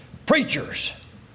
Preachers